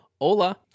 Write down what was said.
Hola